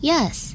Yes